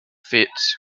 fits